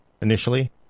initially